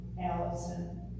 Allison